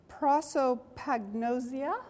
prosopagnosia